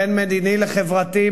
בין מדיני לחברתי,